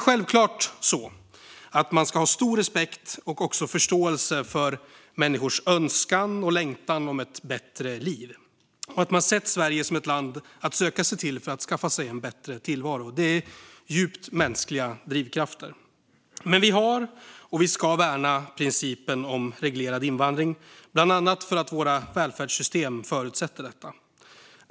Självklart ska man ha stor respekt och också förståelse för människors önskan om och längtan efter ett bättre liv och att för man sett Sverige som ett land att söka sig till för att skaffa sig en bättre tillvaro. Det är djupt mänskliga drivkrafter. Men vi har, och ska värna, principen om reglerad invandring, bland annat för att våra välfärdssystem förutsätter detta.